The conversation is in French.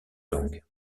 langue